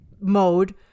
mode